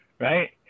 right